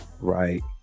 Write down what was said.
right